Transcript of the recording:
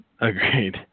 Agreed